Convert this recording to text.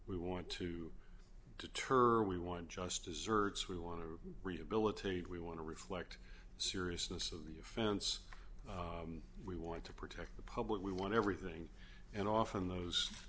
we want to deter we want justice certs we want to rehabilitate we want to reflect seriousness of the offense we want to protect the public we want everything and often those